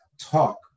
talk